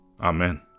Amen